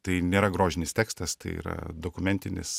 tai nėra grožinis tekstas tai yra dokumentinis